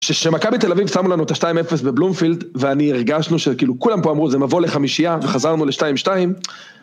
כשמכבי תל אביב שמו לנו את ה-2-0 בבלומפילד, ואני הרגשנו שכאילו כולם פה אמרו זה מבוא לחמישייה, וחזרנו ל-2-2.